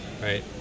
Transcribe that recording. right